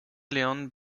leon